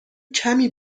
کمی